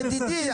ידידי,